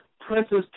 Princess